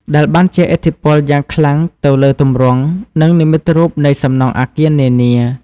ដែលបានជះឥទ្ធិពលយ៉ាងខ្លាំងទៅលើទម្រង់ និងនិមិត្តរូបនៃសំណង់អគារនានា។